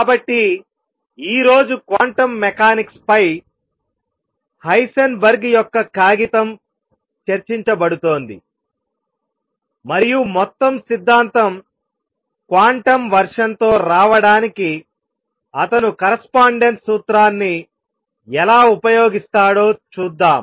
కాబట్టి ఈ రోజు క్వాంటం మెకానిక్స్ పై హైసెన్బర్గ్ యొక్క కాగితం చర్చించబడుతుంది మరియు మొత్తం సిద్ధాంతం క్వాంటం వర్షన్తో రావడానికి అతను కరస్పాండెన్స్ సూత్రాన్ని ఎలా ఉపయోగించారో చూద్దాం